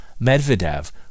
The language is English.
Medvedev